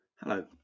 Hello